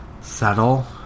settle